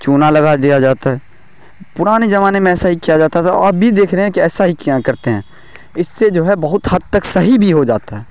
چونا لگا دیا جاتا ہے پرانے زمانے میں ایسا ہی کیا جاتا تھا اور اب بھی دیکھ رہے ہیں کہ ایسا ہی کیا کرتے ہیں اس سے جو ہے بہت حد تک صحیح بھی ہو جاتا ہے